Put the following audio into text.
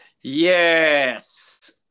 yes